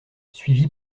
suivi